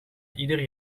ieder